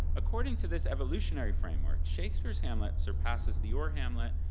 according to this evolutionary framework, shakespeare's hamlet surpasses the ur-hamlet,